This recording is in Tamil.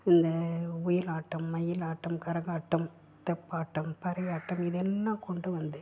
இந்த ஒயிலாட்டம் மயிலாட்டம் கரகாட்டம் தப்பாட்டம் பறையாட்டம் இது எல்லாம் கொண்டு வந்து